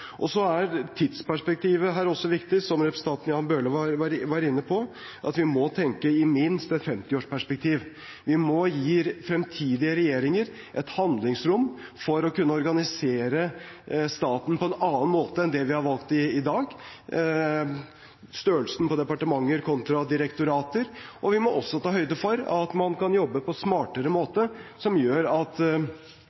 Så er tidsperspektivet her viktig – som representanten Jan Bøhler var inne på – at vi må tenke i minst et 50-årsperspektiv. Vi må gi fremtidige regjeringer handlingsrom til å kunne organisere staten på en annen måte enn det vi har valgt i dag – som størrelsen på departementer kontra direktorater. Vi vi må også ta høyde for at man kan jobbe på en smartere måte, som gjør at